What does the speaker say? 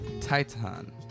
Titan